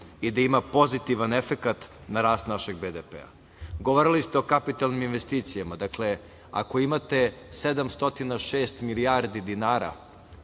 i da ima pozitivan efekat na rast našeg BDP-a. Govorili ste o kapitalnim investicijama. Ako imate 706 milijardi dinara,